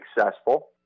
successful